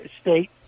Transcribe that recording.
state